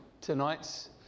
tonight's